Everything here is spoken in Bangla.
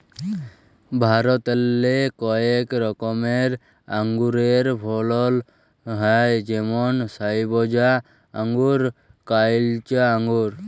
ভারতেল্লে কয়েক রকমের আঙুরের ফলল হ্যয় যেমল সইবজা আঙ্গুর, কাইলচা আঙ্গুর